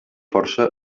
força